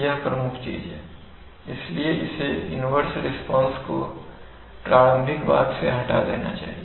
यह प्रमुख चीज है इसलिए इसे इन्वर्स रिस्पांस को फीडबैक के प्रारंभिक भाग से हटा देना चाहिए